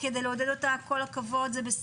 כדי לעודד אותה - זה בסדר,